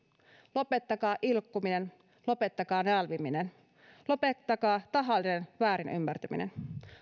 lopettakaa ilkkuminen lopettakaa nälviminen lopettakaa tahallinen väärinymmärtäminen